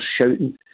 shouting